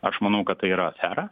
aš manau kad tai yra afera